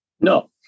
No